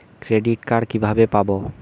Credit card কিভাবে পাব?